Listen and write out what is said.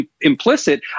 Implicit